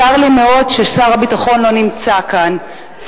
צר לי מאוד ששר הביטחון לא נמצא כאן,